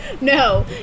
No